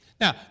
Now